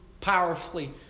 powerfully